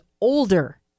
older